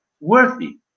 worthy